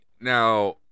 now